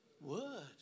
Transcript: word